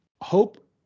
Hope